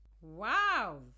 Wow